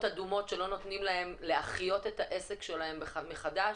אדומות שלא נותנים להם להחיות את העסק שלהם מחדש,